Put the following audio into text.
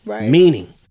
meaning